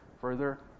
further